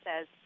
says